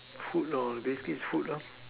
food basically food